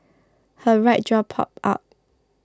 her right jaw popped out